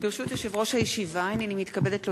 ברשות יושב-ראש הישיבה, הנני מתכבדת להודיעכם,